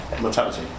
mortality